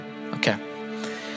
Okay